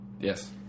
Yes